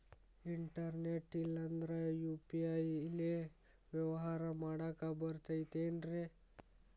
Internet ಇಲ್ಲಂದ್ರ UPI ಲೇ ವ್ಯವಹಾರ ಮಾಡಾಕ ಬರತೈತೇನ್ರೇ?